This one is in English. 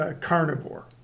carnivore